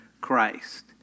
Christ